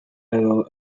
edo